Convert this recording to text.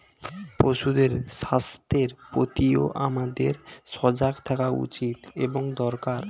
পশুদের স্বাস্থ্যের প্রতিও আমাদের সজাগ থাকা উচিত এবং দরকার